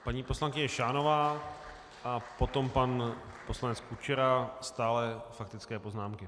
Paní poslankyně Šánová a potom pan poslanec Kučera, stále faktické poznámky.